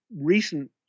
recent